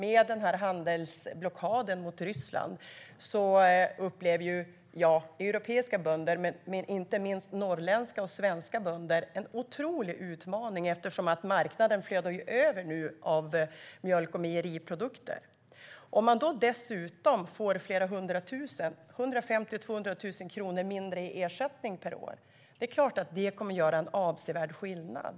I och med handelsblockaden mot Ryssland upplever europeiska bönder, inte minst svenska och norrländska bönder, en otrolig utmaning eftersom marknaden flödar över av mjölk och mejeriprodukter. Om man dessutom får flera hundra tusen - 150 000-200 000 - kronor mindre i ersättning per år är det klart att det kommer att göra avsevärd skillnad.